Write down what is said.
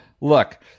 look